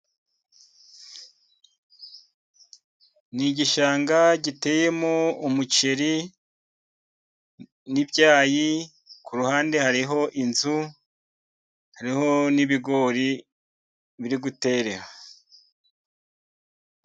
Ni igishanga giteyemo umuceri, n'ibyayi. Ku ruhande hariho inzu, hariho n'ibigori biri guterera.